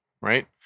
Right